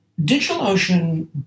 DigitalOcean